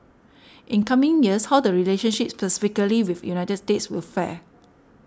in coming years how the relationship specifically with United States will fare